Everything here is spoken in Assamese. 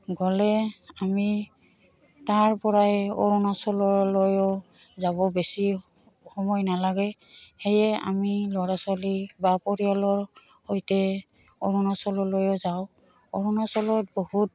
গ'লে আমি তাৰপৰাই অৰুণাচললৈয়ো যাব বেছি সময় নালাগে সেয়ে আমি ল'ৰা ছোৱালী বা পৰিয়ালৰ সৈতে অৰুণাচললৈয়ো যাওঁ অৰুণাচলত বহুত